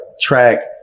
track